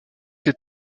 ces